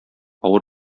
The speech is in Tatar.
авыр